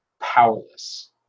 powerless